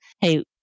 hey